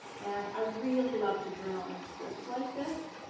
and i really love to journal in strips like this.